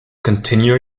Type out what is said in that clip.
continue